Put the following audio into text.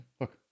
look